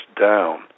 down